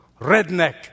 redneck